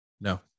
No